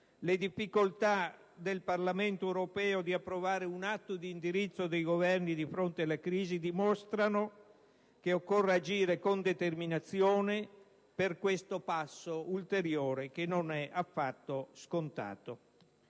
Le difficoltà del Parlamento europeo di approvare un atto di indirizzo dei Governi di fronte alla crisi dimostrano che occorre agire con determinazione per questo passo ulteriore, che non è affatto scontato.